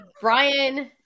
Brian